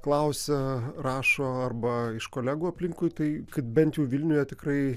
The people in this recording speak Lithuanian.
klausia rašo arba iš kolegų aplinkui tai kad bent jau vilniuje tikrai